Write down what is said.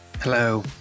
Hello